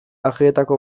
ajeetako